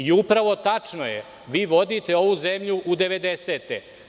Upravo tačno je, vi vodite ovu zemlju u 90-te.